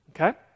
Okay